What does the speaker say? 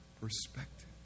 perspective